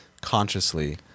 consciously